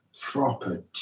proper